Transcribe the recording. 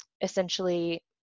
essentially